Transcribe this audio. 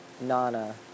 Nana